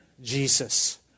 Jesus